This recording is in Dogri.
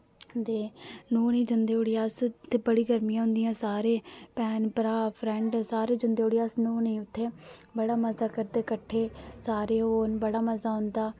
ते नौह्ने जंदे उठी अस इत्थै बड़ी गर्मियां होंदियां सारे भैन भ्रा फ्रेंड सारे जंदे उठी अस नौह्न्ने उत्थै बड़ा मजा करदे किट्ठे सारे होन बड़ा मजा औंदा